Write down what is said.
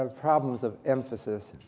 um problems of emphasis.